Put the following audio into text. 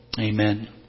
amen